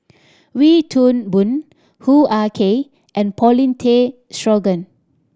Wee Toon Boon Hoo Ah Kay and Paulin Tay Straughan